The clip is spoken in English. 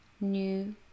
new